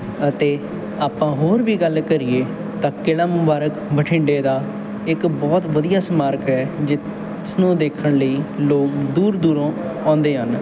ਅਤੇ ਆਪਾਂ ਹੋਰ ਵੀ ਗੱਲ ਕਰੀਏ ਤਾਂ ਕਿਲ੍ਹਾ ਮੁਬਾਰਕ ਬਠਿੰਡੇ ਦਾ ਇੱਕ ਬਹੁਤ ਵਧੀਆ ਸਮਾਰਕ ਹੈ ਜਿ ਜਿਸ ਨੂੰ ਦੇਖਣ ਲਈ ਲੋਕ ਦੂਰ ਦੂਰੋਂ ਆਉਂਦੇ ਹਨ